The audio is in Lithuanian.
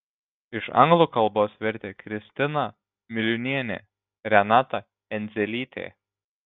iš anglų kalbos vertė kristina miliūnienė renata endzelytė